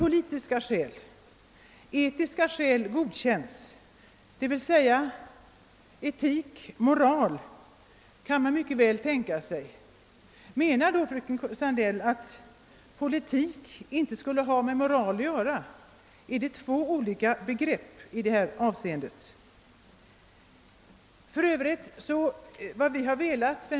Etiska och moraliska skäl godkänns ju i detta sammanhang. Menar fröken Sandell att politik inte skulle ha något att göra med moral? Har de två begreppen olika innebörd i detta sammanhang och för fröken Sandells politiska uppfattning?